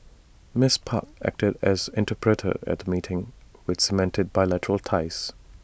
miss park acted as interpreter at meeting which cemented bilateral ties